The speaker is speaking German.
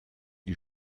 die